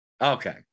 Okay